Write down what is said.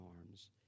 arms